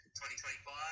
2025